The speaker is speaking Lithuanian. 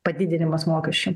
padidinimas mokesčių